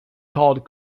called